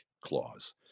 clause